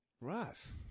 Russ